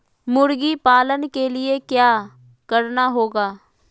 मुर्गी पालन के लिए क्या करना होगा?